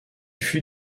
fut